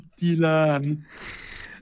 Dylan